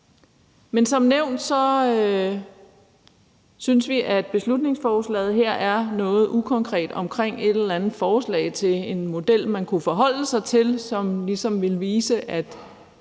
Men som nævnt synes vi, at beslutningsforslaget her er noget ukonkret uden et eller andet forslag til en model, man kunne forholde sig til, og som ligesom ville vise, at